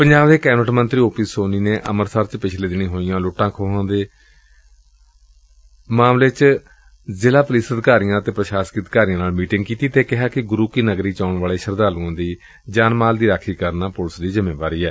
ਪੰਜਾਬ ਦੇ ਕੈਬਨਿਟ ਮੰਤਰੀ ਓ ਪੀ ਸੋਨੀ ਨੇ ਅੰਮ੍ਰਿਤਸਰ 'ਚ ਪਿਛਲੇ ਦਿਨੀ ਹੋਈਆਂ ਲੁੱਟਾ ਖੋਹਾਂ ਦੇ ਮਾਮਲੇ 'ਚ ਜ਼ਿਲ੍ਹਾ ਪੁਲਿਸ ਅਧਿਕਾਰੀਆਂ ਅਤੇ ਪੁਸ਼ਾਸਕੀ ਅਧਿਕਾਰੀਆਂ ਨਾਲ ਮੀਟਿੰਗ ਕੀਤੀ ਅਤੇ ਕਿਹਾ ਕਿ ਗੁਰੁ ਕੀ ਨਗਰੀ ਚ ਆਉਣ ਵਾਲੇ ਸ਼ਰਧਾਂਲੁਆਂ ਦੀ ਜਾਨ ਮਾਲ ਦੀ ਰਾਖੀ ਕਰਨਾ ਪੁਲਿਸ ਦਾ ਕੰਮ ਏ